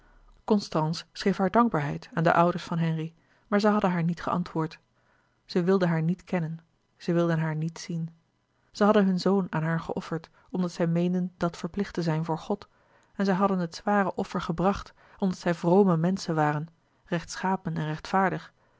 constance schreef hare dankbaarheid aan de ouders van henri maar zij hadden haar niet geantwoord zij wilden haar niet kennen zij wilden haar niet zien zij hadden hun zoon aan haar geofferd omdat zij meenden dat verplicht te zijn voor god en zij hadden het zware offer gebracht omdat zij vrome menschen waren rechtschapen en rechtvaardig